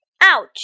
Ouch